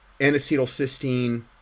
N-acetylcysteine